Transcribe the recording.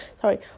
sorry